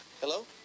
Hello